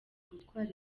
gutwara